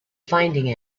finding